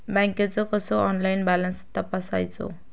बँकेचो कसो online balance तपासायचो?